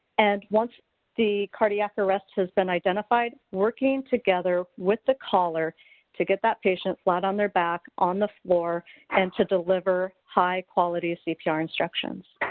and once the cardiac arrest has been identified working together with the caller to get that patient flat on their back, on the floor and to deliver high-quality cpr instructions.